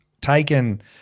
taken –